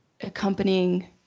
accompanying